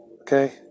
okay